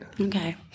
Okay